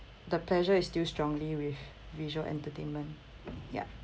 the pleasure is still strongly with visual entertainment ya